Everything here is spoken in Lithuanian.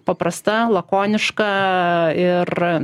paprasta lakoniška ir